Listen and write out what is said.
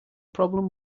problem